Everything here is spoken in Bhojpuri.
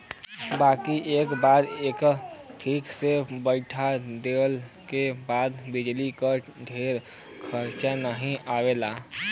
बाकी एक बार एके ठीक से बैइठा देले के बाद बिजली के ढेर खरचा नाही आवला